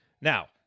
Now